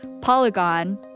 polygon